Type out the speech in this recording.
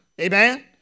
Amen